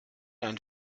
ein